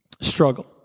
struggle